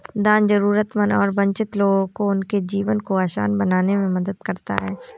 दान जरूरतमंद और वंचित लोगों को उनके जीवन को आसान बनाने में मदद करता हैं